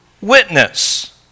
witness